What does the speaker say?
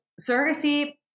surrogacy